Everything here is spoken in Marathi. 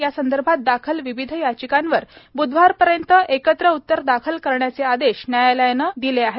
यासंदर्भात दाखल विविध याचिकांवर ब्धवारपर्यंत एकत्र उत्तर दाखल करण्याचे आदेश न्यायालयाने दिले आहे